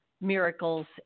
miracles